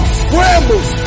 scrambles